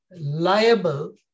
liable